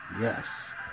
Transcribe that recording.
Yes